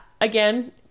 again